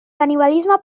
canibalisme